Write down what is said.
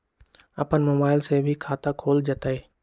अपन मोबाइल से भी खाता खोल जताईं?